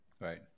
Right